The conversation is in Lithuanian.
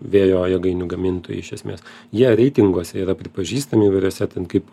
vėjo jėgainių gamintojai iš esmės jie reitinguose yra pripažįstami įvairiuose ten kaip